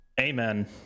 amen